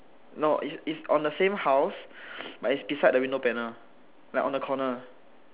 no it's it's on the same house but it's beside the window panel like on the corner